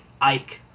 Ike